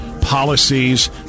Policies